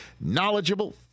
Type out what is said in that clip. knowledgeable